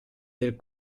del